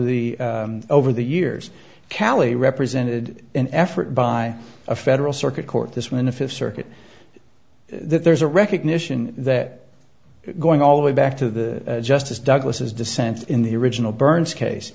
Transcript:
the over the years calley represented an effort by a federal circuit court this when the fifth circuit there's a recognition that going all the way back to the justice douglas's dissent in the original burns case